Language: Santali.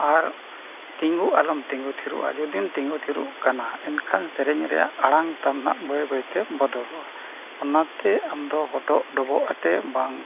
ᱟᱨ ᱛᱤᱸᱜᱩ ᱟᱞᱚᱢ ᱛᱤᱸᱜᱩ ᱛᱷᱤᱨᱩᱜᱼᱟ ᱡᱩᱫᱤᱢ ᱛᱤᱸᱜᱩ ᱛᱷᱤᱨᱩᱜ ᱠᱟᱱᱟ ᱮᱱᱠᱷᱟᱱ ᱥᱮᱨᱮᱧ ᱨᱮᱭᱟᱜ ᱟᱲᱟᱝ ᱛᱟᱢᱟ ᱵᱟᱹᱭ ᱵᱟᱹᱭᱛᱮ ᱵᱚᱫᱚᱞᱚᱜᱼᱟ ᱚᱱᱟᱛᱮ ᱟᱢ ᱫᱚ ᱦᱚᱴᱚᱜ ᱰᱚᱵᱚᱜ ᱟᱛᱮ ᱵᱟᱝ